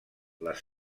les